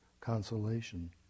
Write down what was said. consolation